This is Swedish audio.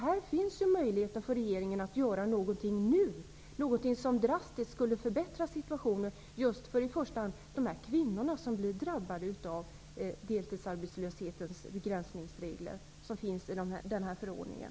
Här finns en möjlighet för regeringen att nu göra någonting som drastiskt skulle förbättra situationen för i första hand de kvinnor som drabbas av deltidsarbetslöshet på grund av den begränsningsregel som finns i förordningen.